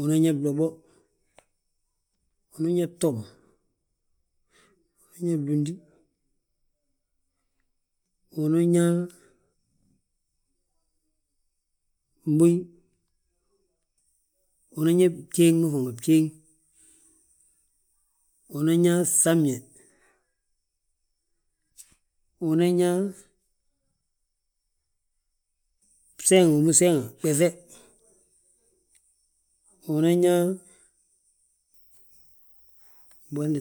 unan yaa blobo, unan yaa btom, unan yaa blundi, unan yaa mboyi, unan yaa bjéŋ ma faŋ ma, bjéŋ, unan yaa bŧabñe, unan yaa bseeŋ, bseeŋ bommu gbefe, unan yaa.